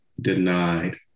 Denied